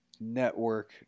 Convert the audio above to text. network